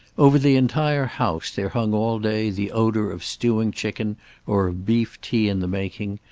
over the entire house there hung all day the odor of stewing chicken or of beef tea in the making,